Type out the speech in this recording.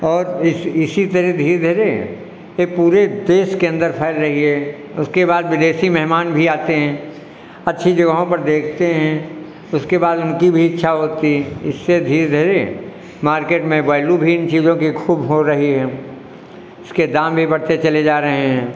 और इस इसी तरह धीरे धीरे यह पूरे देश के अंदर फैल रही है उसके बाद विदेशी मेहमान भी आते हैं अच्छी जगहों पर देखते हैं उसके बाद उनकी भी इच्छा होती इससे धीरे धीरे मार्केट में वैलू भी इन चीज़ों की खूब हो रही है इसके दाम भी बढ़ते चले जा रहे हैं